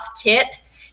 tips